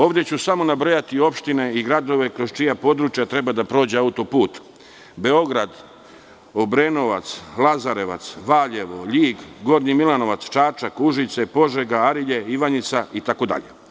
Ovde ću samo nabrojati opštine i gradove kroz čija područja treba da prođe autoput: Beograd, Obrenovac, Lazarevac, Valjevo, Ljig, Gornji Milanovac, Čačak, Užice, Požega, Arilje, Ivanjica, itd.